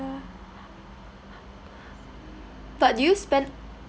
but do you spend